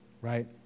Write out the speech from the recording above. right